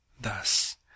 thus